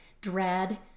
dread